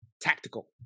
tactical